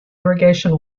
irrigation